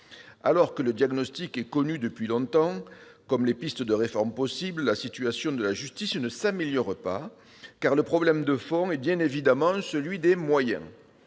Alors que le diagnostic est connu depuis longtemps, de même que les pistes de réforme possibles, la situation de la justice ne s'améliore pas, car le problème de fond est bien évidemment celui des moyens.